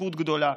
בזכות גדולה,